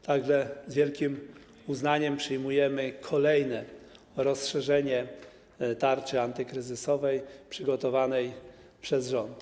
Tak że z wielkim uznaniem przyjmujemy kolejne rozszerzenie tarczy antykryzysowej przygotowanej przez rząd.